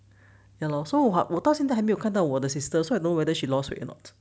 ya lor so what 我到现在还没有看到我的 sister so I don't know whether she lost weight or not